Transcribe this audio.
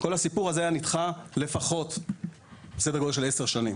כל הסיפור הזה היה נדחה לפחות סדר גודל של 10 שנים.